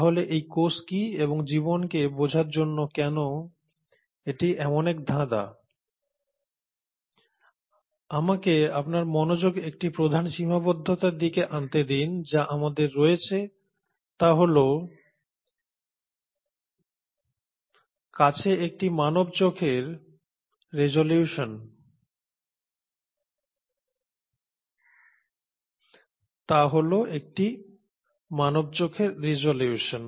তাহলে এই কোষ কী এবং জীবনকে বোঝার জন্য কেন এটি এমন এক ধাঁধা আমাকে আপনার মনোযোগ একটি প্রধান সীমাবদ্ধতার দিকে আনতে দিন যা আমাদের রয়েছে তা হল একটি মানব চোখের রেজোলিউশন